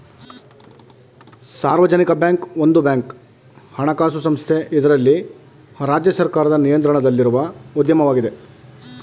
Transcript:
ಸಾರ್ವಜನಿಕ ಬ್ಯಾಂಕ್ ಒಂದು ಬ್ಯಾಂಕ್ ಹಣಕಾಸು ಸಂಸ್ಥೆ ಇದ್ರಲ್ಲಿ ರಾಜ್ಯ ಸರ್ಕಾರದ ನಿಯಂತ್ರಣದಲ್ಲಿರುವ ಉದ್ಯಮವಾಗಿದೆ